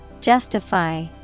Justify